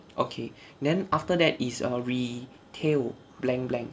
okay then after that is retail blank blank